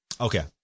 Okay